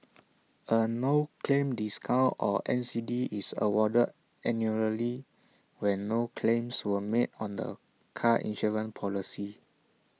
A no claim discount or N C D is awarded annually when no claims were made on the car insurance policy